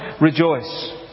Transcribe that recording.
rejoice